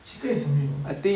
chicken is omnivore